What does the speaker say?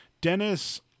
Dennis